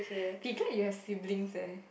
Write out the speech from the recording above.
be glad you have siblings eh